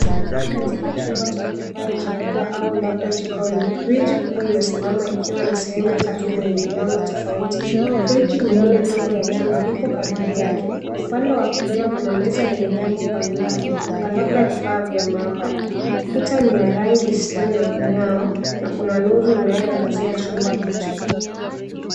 Katika chumba cha kuhifadhi chakula au labda jikoni, friji kubwa inasimama ikiwa na sehemu tatu zenye milango tofauti. Friji nyingine ndogo ya chuma ipo karibu yake. Upande wa kulia kuna meza yenye vyombo mbalimbali na labda vifaa vya maabara. Kuta ni wa rangi isio na mng'ao na kuna nuru inayoangazia chumba hicho.